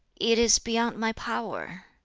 it is beyond my power.